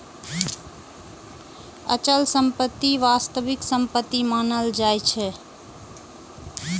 अचल संपत्ति वास्तविक संपत्ति मानल जाइ छै